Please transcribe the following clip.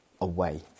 away